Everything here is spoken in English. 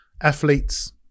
athletes